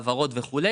העברות וכו',